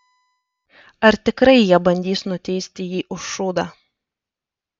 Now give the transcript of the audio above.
ar tikrai jie bandys nuteisti jį už šūdą